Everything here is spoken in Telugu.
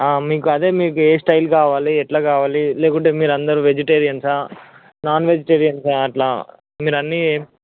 మీకు అదే మీకు ఏ స్టైల్ కావాలి ఎట్ల కావాలి లేకుంటే మీరు అందరు వెజిటేరియన్సా నాన్ వెజిటేరియన్సా అట్లా మీరు అన్నీ